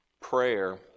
prayer